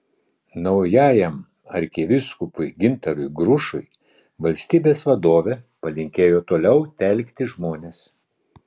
naujajam arkivyskupui gintarui grušui valstybės vadovė palinkėjo toliau telkti žmones